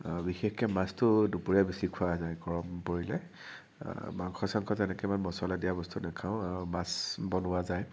বিশেষকৈ মাছটো দুপৰীয়া বেছি খোৱা যায় গৰম পৰিলে মাংস চাংস তেনেকৈ মই মচলা দিয়া বস্তু নাখাওঁ আৰু মাছ বনোৱা যায়